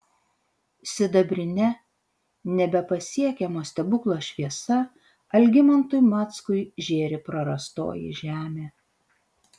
sidabrine nebepasiekiamo stebuklo šviesa algimantui mackui žėri prarastoji žemė